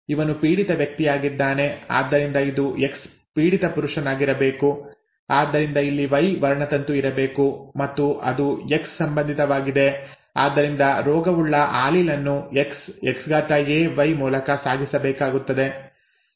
ಇವನು ಪೀಡಿತ ವ್ಯಕ್ತಿಯಾಗಿದ್ದಾನೆ ಆದ್ದರಿಂದ ಇದು ಎಕ್ಸ್ ಪೀಡಿತ ಪುರುಷನಾಗಿರಬೇಕು ಆದ್ದರಿಂದ ಇಲ್ಲಿ ವೈ ವರ್ಣತಂತು ಇರಬೇಕು ಮತ್ತು ಅದು ಎಕ್ಸ್ ಸಂಬಂಧಿತವಾಗಿದೆ ಆದ್ದರಿಂದ ರೋಗವುಳ್ಳ ಆಲೀಲ್ ಅನ್ನು X XaY ಮೂಲಕ ಸಾಗಿಸಬೇಕಾಗುತ್ತದೆ